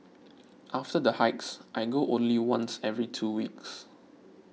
after the hikes I go only once every two weeks